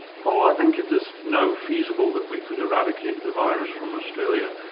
paul, i think it is now feasible that we could eradicate the virus from australia.